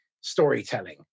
storytelling